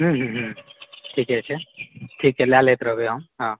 हूँ हूँ हूँ ठीके छै ठीक छै लए लैत रहबै हम हँ